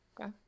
Okay